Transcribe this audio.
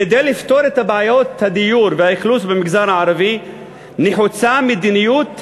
כדי לפתור את בעיות הדיור והאכלוס במגזר הערבי נחוצה מדיניות חדשה,